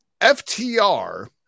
FTR